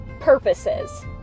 purposes